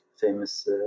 famous